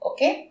Okay